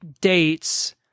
dates